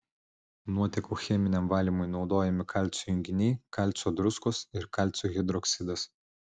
nuotekų cheminiam valymui naudojami kalcio junginiai kalcio druskos ir kalcio hidroksidas